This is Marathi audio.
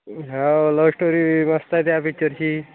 हाव लवष्टोरी मस्त आहे त्या पिक्चरची